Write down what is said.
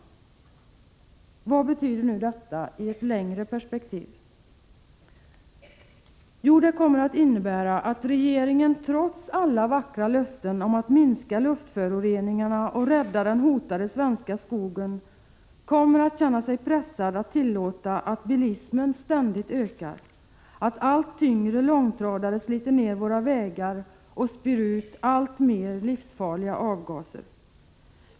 Vad betyder nu detta i ett längre perspektiv? Jo, det kommer att innebära att regeringen, trots alla vackra löften om att minska luftföroreningarna och rädda den hotade svenska skogen, kommer att känna sig pressad att tillåta att bilismen ständigt ökar och att allt tyngre långtradare sliter ned våra vägar och spyr ut alltmer livsfarliga avgaser.